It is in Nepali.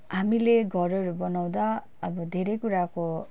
हामीले घरहरू बनाउँदा आबो धेरै कुराको